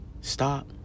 Stop